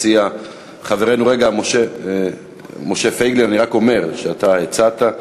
הציע חברנו משה פייגלין, אני רק אומר שאתה הצעת.